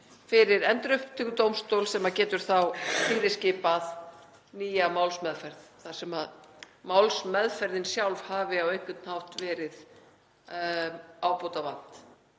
fyrir endurupptökudómstól sem getur þá fyrirskipað nýja málsmeðferð, þar sem málsmeðferðinni sjálfri hafi á einhvern hátt verið ábótavant.